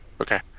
Okay